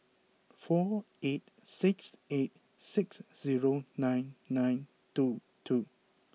four eight six eight six zero nine nine two two